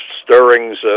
stirrings